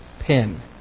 pin